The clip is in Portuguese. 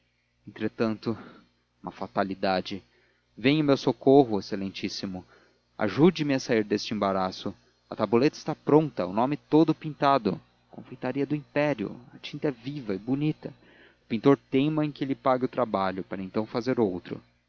entretanto uma fatalidade venha em meu socorro excelentíssimo ajude me a sair deste embaraço a tabuleta está pronta o nome todo pintado confeitaria do império a tinta é viva e bonita o pintor teima em que lhe pague o trabalho para então fazer outro